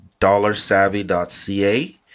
dollarsavvy.ca